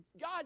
God